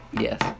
Yes